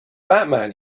batman